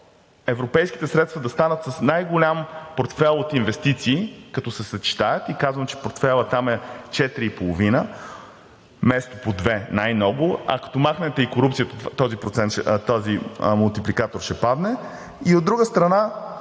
европейските средства да станат с най-голям портфейл от инвестиции, като се съчетаят – и казвам, че портфейлът там е 4,5, вместо по две най-много, а като махнете и корупцията, този мултипликатор ще падне и, от друга страна…